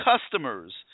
customers